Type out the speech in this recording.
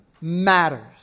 matters